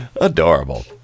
Adorable